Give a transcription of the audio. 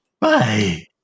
Bye